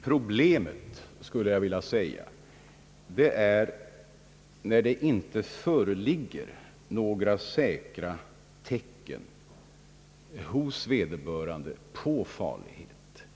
Problemet gäller ju främst de fall där det inte föreligger några säkra tecken hos vederbörande på farlighet.